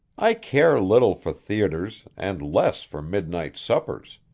i care little for theatres, and less for midnight suppers.